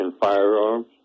firearms